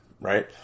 right